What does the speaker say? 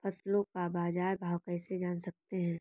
फसलों का बाज़ार भाव कैसे जान सकते हैं?